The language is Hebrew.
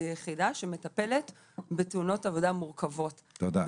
זה יחידה שמטפלת בתאונות עבודה מורכבות --- תודה.